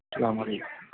السّلام علیکم